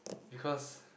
because